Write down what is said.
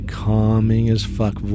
calming-as-fuck